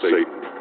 Satan